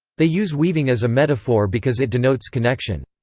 they use weaving as a metaphor because it denotes connection.